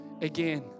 again